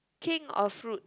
king of fruit